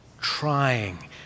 trying